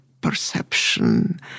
perception